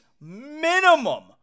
minimum